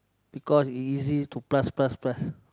because is easy to plus plus plus